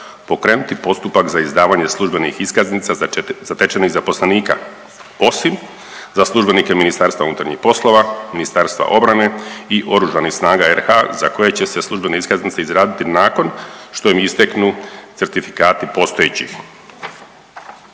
pokrenuti postupak za izdavanje službenih iskaznica zatečenih zaposlenika osim za službenike MUP-a, Ministarstva obrane i Oružanih snaga RH za koje će se službene iskaznice izraditi nakon što im isteknu certifikati postojećih.